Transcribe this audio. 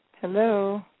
Hello